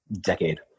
decade